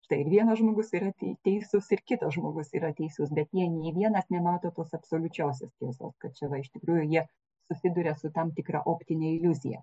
štai ir vienas žmogus yra tei teisus ir kitas žmogus yra teisus bet nė nė vienas nemato tos absoliučiosios tiesos kad čia va iš tikrųjų jie susiduria su tam tikra optine iliuzija